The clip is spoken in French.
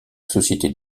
société